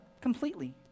completely